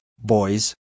boys